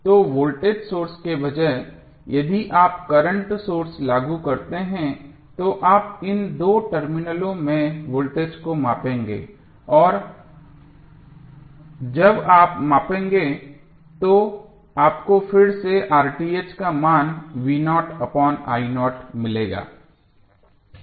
तो voltage source के बजाय यदि आप करंट सोर्स लागू करते हैं तो आप इन दो टर्मिनलों में वोल्टेज को मापेंगे और जब आप मापेंगे तो आपको फिर से का मान मिलेगा